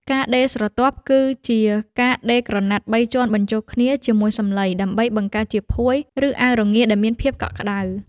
ការដេរស្រទាប់ គឺជាការដេរក្រណាត់បីជាន់បញ្ចូលគ្នាជាមួយសំឡី ដើម្បីបង្កើតជាភួយ ឬអាវរងាដែលមានភាពកក់ក្ដៅ។